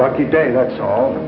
lucky day that's all